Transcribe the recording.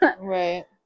Right